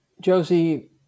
Josie